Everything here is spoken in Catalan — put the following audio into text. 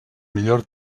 millor